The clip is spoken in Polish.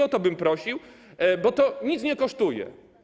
O to bym prosił, to nic nie kosztuje.